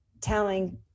telling